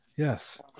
Yes